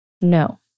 no